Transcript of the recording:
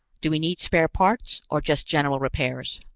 do we need spare parts? or just general repairs?